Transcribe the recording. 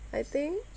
I think